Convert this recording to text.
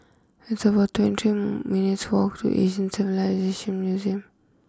it's about twenty three minutes' walk to Asian Museum